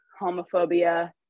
homophobia